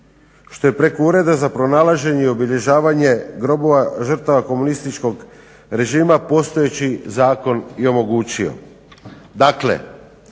što je preko Ureda za pronalaženje i obilježavanju grobova žrtava komunističkog režima postojeći zakon i omogućio.